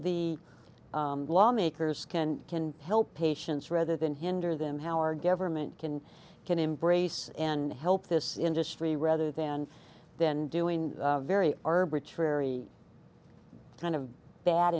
the law makers can can help patients rather than hinder them how our government can can embrace and help this industry rather than then doing very arbitrary kind of bad